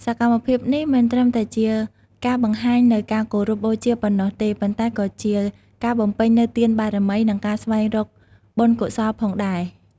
សកម្មភាពនេះមិនត្រឹមតែជាការបង្ហាញនូវការគោរពបូជាប៉ុណ្ណោះទេ ប៉ុន្តែក៏ជាការបំពេញនូវទានបារមី និងការស្វែងរកបុណ្យកុសលផងដែរ។